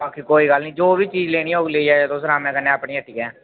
बाकी कोई गल्ल नी जो बी चीज लेनी होग तुसें लेई जाएओ अरामे कन्नै अपनी हट्टी ऐ